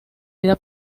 vida